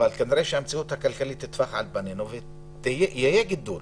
כנראה שהמציאות הכלכלית תטפח על פנינו ויהיה גידול.